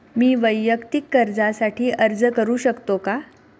मी वैयक्तिक कर्जासाठी अर्ज करू शकतो का?